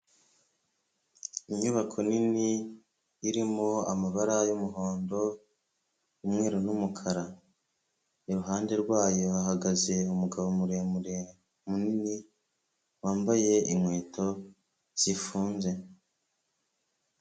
Inyubako nini irimo amabara y'umuhondo, umweru n'umukara, iruhande rwayo hahagaze umugabo muremure munini wambaye inkweto zifunze.